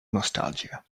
nostalgia